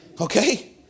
Okay